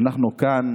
אנחנו כאן